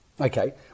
Okay